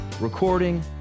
recording